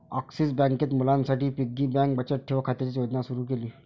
axis बँकेत मुलांसाठी piggy bank बचत ठेव खात्याची योजना सुरू केली